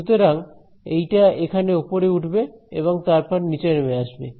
সুতরাং এইটা এখানে উপরে উঠবে এবং তারপর নিচে নেমে আসবে